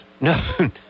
No